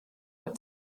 what